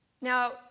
Now